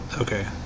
Okay